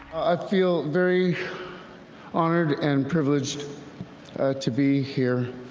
i feel very honored and privileged to be here,